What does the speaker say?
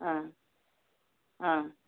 অ অ